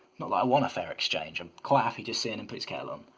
not that i want a fair exchange, i'm quite happy just seeing him put his kettle on.